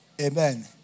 Amen